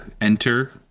enter